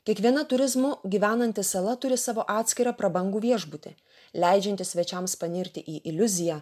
kiekviena turizmu gyvenanti sala turi savo atskirą prabangų viešbutį leidžiantį svečiams panirti į iliuziją